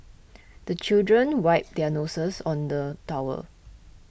the children wipe their noses on the towel